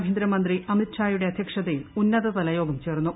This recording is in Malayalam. ആഭ്യന്തരമന്ത്രി അമിത്ഷായുടെ അധ്യക്ഷ്തയിൽ ഉന്നതതല യോഗം ചേർന്നു